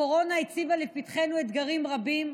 הקורונה הציבה בפתחנו אתגרים רבים,